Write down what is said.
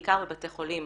בעיקר בבתי חולים